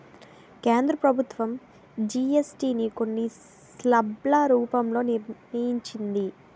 కేంద్ర ప్రభుత్వం జీఎస్టీ ని కొన్ని స్లాబ్ల రూపంలో నిర్ణయించింది